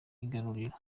igaruriro